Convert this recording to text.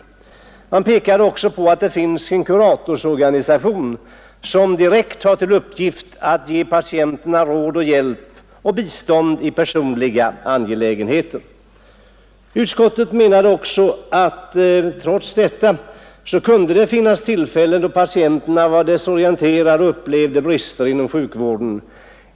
Utskottet påpekade vidare att det finns en kuratorsorganisation som direkt har till uppgift att ge patienterna råd och hjälp och bistånd i personliga angelägenheter. Utskottet menade också att det trots detta kunde finnas tillfällen då patienterna var desorienterade och upplevde brister inom sjukvården.